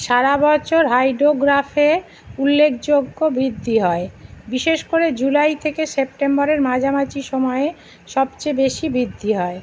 সারা বছর হাইড্রোগ্রাফে উল্লেখযোগ্য বৃদ্ধি হয় বিশেষ করে জুলাই থেকে সেপ্টেম্বরের মাঝামাঝি সময়ে সবচেয়ে বেশি বৃদ্ধি হয়